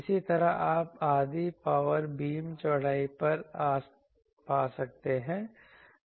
इसी तरह आप आधी पावर बीम चौड़ाई पा सकते हैं